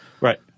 Right